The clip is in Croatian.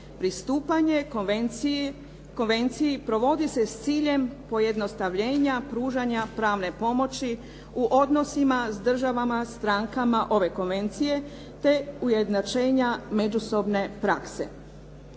pristupanje konvenciji provodi se s ciljem pojednostavljenja pružanja pravne pomoći u odnosima s državama strankama ove konvencije te ujednačenja međusobne prakse.